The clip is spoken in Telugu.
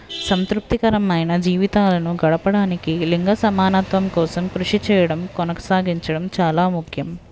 సంతృప్తికరమైన జీవితాలను గడపడానికి లింగ సమానత్వం కోసం కృషి చేయడం కొనసాగించడం చాలా ముఖ్యం